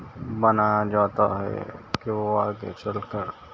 بنایا جاتا ہے جو آگے چل کر